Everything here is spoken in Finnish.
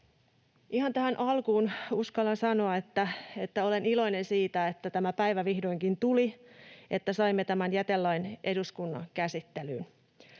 Ihan tähän alkuun uskallan sanoa, että olen iloinen siitä, että tämä päivä vihdoinkin tuli, että saimme tämän jätelain eduskunnan käsittelyyn.